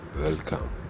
welcome